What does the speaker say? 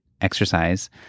exercise